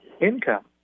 income